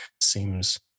seems